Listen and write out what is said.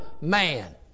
man